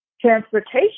transportation